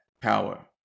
power